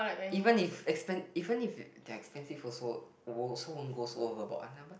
even if expen~ even if they are expensive also wo~ also won't go so overboard one ah but